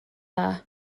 dda